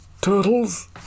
turtles